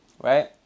Right